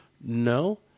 No